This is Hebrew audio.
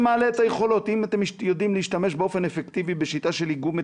אם אתם יודעים להשתמש באופן אפקטיבי בשיטה של איגום מטושים,